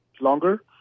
longer